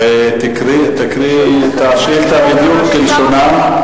ותקראי את השאילתא בדיוק כלשונה.